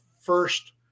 first